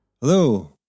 hello